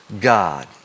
God